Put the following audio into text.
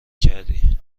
کردی